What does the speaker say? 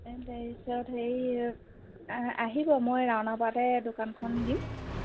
এই তাৰপিছত হেৰি আহিব মই ৰাওনা পাৰতে দোকানখন দিম